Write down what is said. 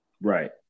right